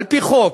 על-פי חוק.